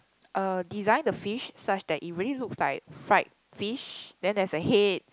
uh design the fish such that it really looks like fried fish then there's a head